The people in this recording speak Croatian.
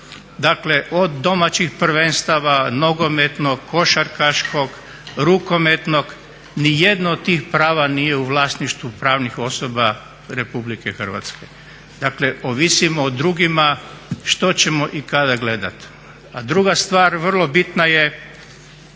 Dakle od domaćih prvenstava, nogometnog, košarkaškog, rukometnog, niti jedno od tih prava nije u vlasništvu pravnih osoba Republike Hrvatske. Dakle ovisimo o drugim što ćemo i kada gledati. A druga stvar vrlo bitna je